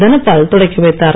தனபால் தொடக்கி வைத்தார்